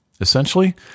Essentially